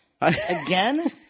Again